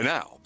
Now